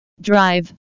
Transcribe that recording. drive